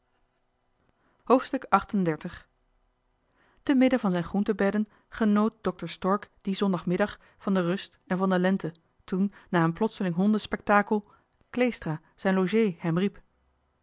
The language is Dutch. hoofdstuk te midden van zijn groentebedden genoot dokter stork dien zondagmiddag van de rust en van de lente toen na een plotseling hondenspektakel kleestra zijn logé hem riep